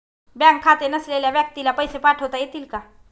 Bank खाते नसलेल्या व्यक्तीला पैसे पाठवता येतील का?